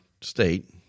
state